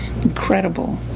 incredible